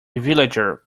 villager